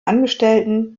angestellten